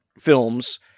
films